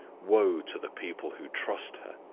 woe to the people who trust her!